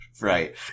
Right